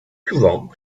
souvent